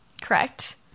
correct